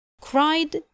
Cried